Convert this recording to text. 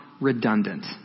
redundant